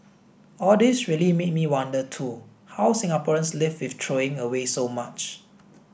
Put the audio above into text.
all this really made me wonder too how Singaporeans live with throwing away so much